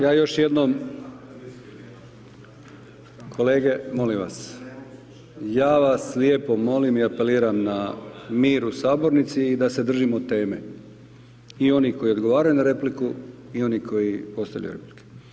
Ja još jednom, kolege molim vas, ja vas lijepo molim i apeliram na mir u Sabornici i da se držimo teme i oni koji odgovaraju na repliku i oni koji postavljaju replike.